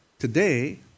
today